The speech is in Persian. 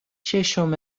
ششم